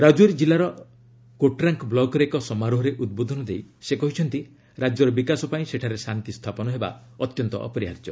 ରାଜୌରୀ ଜିଲ୍ଲାର କୋଟ୍ରାଙ୍କା ବ୍ଲକ୍ରେ ଏକ ସମାରୋହରେ ଉଦ୍ବୋଧନ ଦେଇ ସେ କହିଛନ୍ତି ରାଜ୍ୟର ବିକାଶ ପାଇଁ ସେଠାରେ ଶାନ୍ତି ସ୍ଥାପନ ହେବା ଅତ୍ୟନ୍ତ ଅପରିହାର୍ଯ୍ୟ